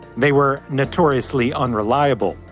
they were notoriously unreliable.